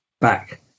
back